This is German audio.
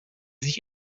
sich